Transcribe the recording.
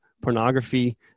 pornography